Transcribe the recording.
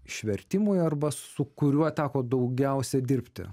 išvertimui arba su kuriuo teko daugiausia dirbti